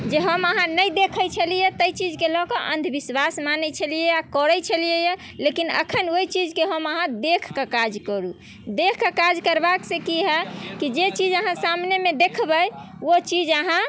जे हम अहाँ नहि देखै छलिए ताहि चीजके लऽ कऽ अन्धविश्वास मानै छलिए करै छलिए लेकिन एखन ओहि चीजके हम अहाँ देखिके काज करू देखिके काज करबा से की हैत की जे चीज अहाँ सामनेमे देखबै ओ चीज अहाँ